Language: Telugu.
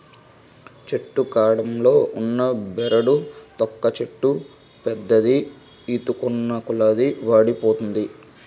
చెట్టు కాండంలో ఉన్న బెరడు తొక్క చెట్టు పెద్దది ఐతున్నకొలది వూడిపోతుంది